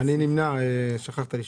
אני נמנע, שכחת לשאול.